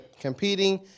competing